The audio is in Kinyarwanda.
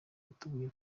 yatubwiye